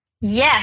Yes